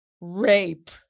rape